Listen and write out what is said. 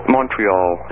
Montreal